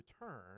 return